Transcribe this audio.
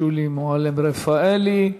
שולי מועלם-רפאלי.